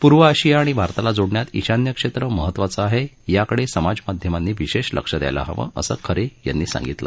पूर्व आशिया आणि भारताला जोडण्यात ईशान्य क्षेत्र महत्वाचं आहे याकडे समाज माध्यमांनी विशेष लक्ष द्यायला हवं असं खरे यांनी सांगितलं